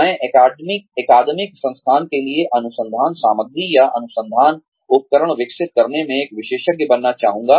मैं अकादमिक संस्थानों के लिए अनुसंधान सामग्री या अनुसंधान उपकरण विकसित करने में एक विशेषज्ञ बनना चाहूँगा